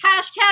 Hashtag